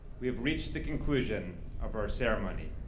we have reached the conclusion of our ceremony.